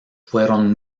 fueron